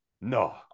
no